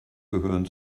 gehören